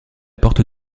porte